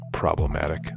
Problematic